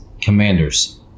Commanders